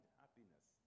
happiness